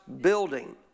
building